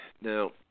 Now